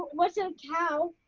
what's a cow.